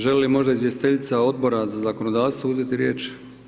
Želi li možda izvjestiteljica Odbora za zakonodavstvo uzeti riječ?